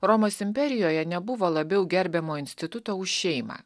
romos imperijoje nebuvo labiau gerbiamo instituto už šeimą